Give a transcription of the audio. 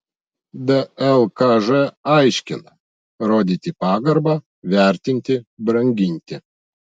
dlkž aiškina rodyti pagarbą vertinti branginti